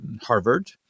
Harvard